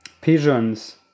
pigeons